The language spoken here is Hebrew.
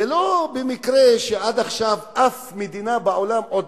זה לא מקרה שעד עכשיו אף מדינה בעולם עוד